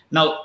Now